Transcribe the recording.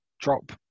Drop